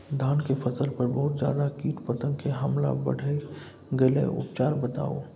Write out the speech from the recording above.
धान के फसल पर बहुत ज्यादा कीट पतंग के हमला बईढ़ गेलईय उपचार बताउ?